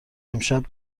امشب